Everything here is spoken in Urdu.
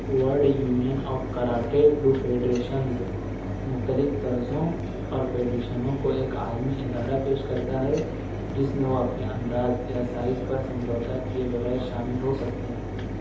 world union of karate do federations مختلف طرزوں اور فیڈریشنوں کو ایک عالمی ادارہ پیش کرتا ہے جس میں وہ اپنے انداز یا سائز پر سمجھوتہ کیے بغیر شامل ہو سکتے ہیں